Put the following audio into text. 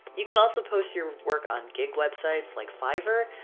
you can also post your work on gig websites like fiverr.